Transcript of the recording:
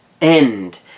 end